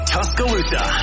Tuscaloosa